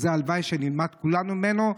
הלוואי וכולנו נלמד ממנו.